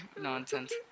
Nonsense